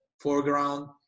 foreground